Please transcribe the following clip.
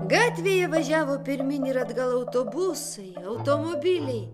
gatvėje važiavo pirmyn ir atgal autobusai automobiliai